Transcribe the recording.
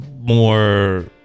more